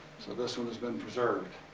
so this one has been preserved.